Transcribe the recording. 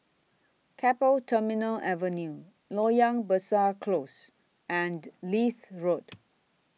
Keppel Terminal Avenue Loyang Besar Close and Leith Road